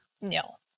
No